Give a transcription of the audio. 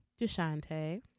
Deshante